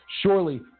Surely